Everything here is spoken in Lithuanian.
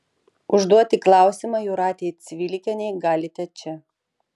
užduoti klausimą jūratei cvilikienei galite čia